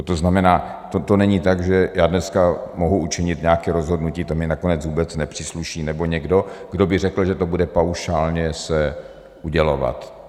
To znamená, to není tak, že já dneska mohu učinit nějaké rozhodnutí, to mi nakonec vůbec nepřísluší, nebo někdo, kdo by řekl, že to bude paušálně se udělovat.